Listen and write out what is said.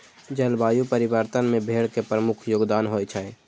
जलवायु परिवर्तन मे भेड़ के प्रमुख योगदान होइ छै